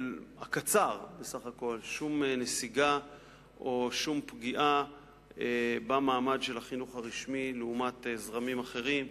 שום נסיגה או שום פגיעה במעמד של החינוך הרשמי לעומת זרמים אחרים.